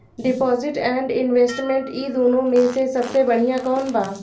Deposit and investment इन दुनो मे से सबसे बड़िया कौन बा?